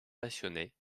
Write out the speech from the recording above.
passionné